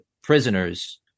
prisoners